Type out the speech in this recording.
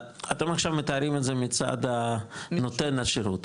אתם עכשיו מתארים את זה מצד הנותן השירות,